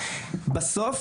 בסוף